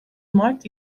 mart